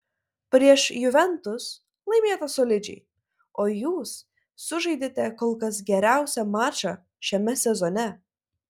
prieš juventus laimėta solidžiai o jūs sužaidėte kol kas geriausią mačą šiame sezone